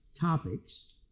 topics